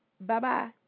Bye-bye